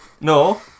No